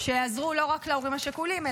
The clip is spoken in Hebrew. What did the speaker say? -- שיעזרו לא רק להורים השכולים,